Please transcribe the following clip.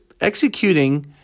executing